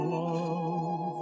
love